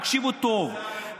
תקשיבו טוב,